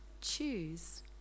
choose